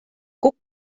guck